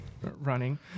running